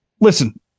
listen